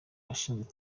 bashinze